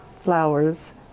flowers